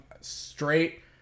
straight